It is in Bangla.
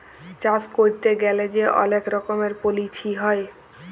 চাষ ক্যইরতে গ্যালে যে অলেক রকমের পলিছি হ্যয়